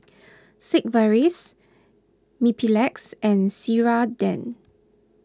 Sigvaris Mepilex and Ceradan